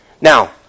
Now